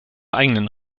eigenen